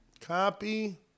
copy